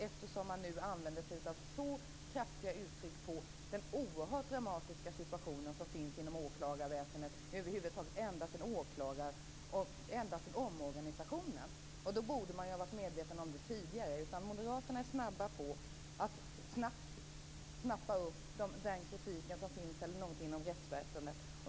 Man använder sig nu av så kraftiga uttryck när man talar om den oerhört dramatiska situation som funnits inom åklagarväsendet ända sedan omorganisationen. Då borde man ha varit medveten om det tidigare. Moderaterna är snabba att snappa upp den kritik som finns inom rättsväsendet.